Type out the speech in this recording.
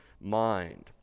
mind